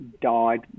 died